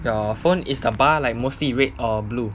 your phone is the bar mostly red or blue